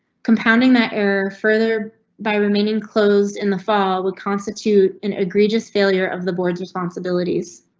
compounding that error further by remaining closed in the fall would constitute an egregious failure of the board's responsibilities.